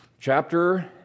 Chapter